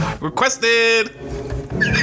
Requested